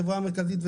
החברה המרכזית,